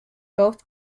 both